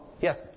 yes